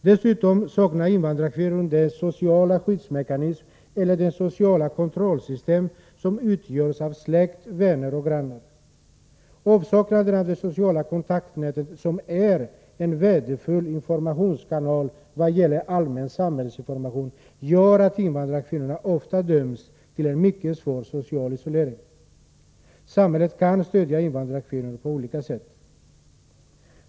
Dessutom saknar invandrarkvinnor den sociala skyddsmekanism eller det sociala kontrollsystem som utgörs av släkt, vänner och grannar. Avsaknaden av detta sociala kontaktnät, som är en värdefull informationskanal när det gäller allmän samhällsinformation, gör att invandrarkvinnorna ofta döms till en mycket svår social isolering. Samhället kan stödja invandrarkvinnorna på olika sätt.